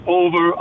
over